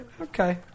okay